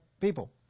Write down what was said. people